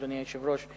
אדוני היושב-ראש.